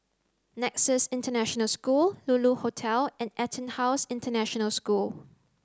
nexus International School Lulu Hotel and EtonHouse International School